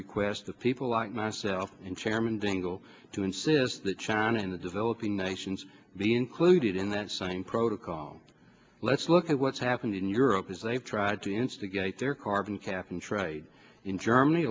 requests that people like myself and chairman dingell to insist that china and the developing nations be included in that same protocol let's look at what's happened in europe as they've tried to instigate their carbon cap and trade in germany